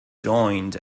joined